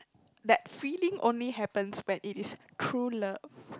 that feeling only happens when it is true love